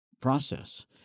process